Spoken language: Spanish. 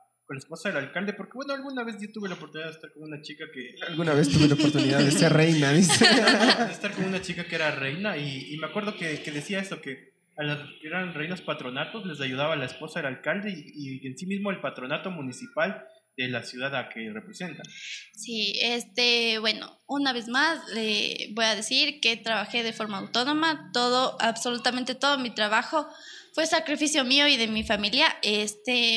con la esposa del alcalde, porque, bueno, alguna vez yo tuve la oportunidad de estar con una chica que- Alguna vez tuve la oportunidad de ser reina, dice. de estar con una chica que era reina, y- y me acuerdo que- que decía eso, que a las que eran reinas patronatos, les ayudaba la esposa del alcalde y- y en sí mismo el patronato municipal de la ciudad a que representa. Sí, este, bueno, una vez más, eh, voy a decir que trabajé de forma autónoma, todo, absolutamente todo mi trabajo fue sacrificio mío y de mi familia, este,